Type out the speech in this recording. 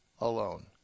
alone